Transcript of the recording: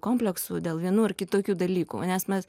kompleksų dėl vienų ar kitokių dalykų nes mes